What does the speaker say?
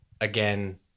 again